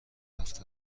هفت